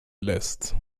lässt